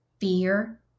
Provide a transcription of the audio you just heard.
fear